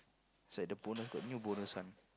is like the bonus got new bonus one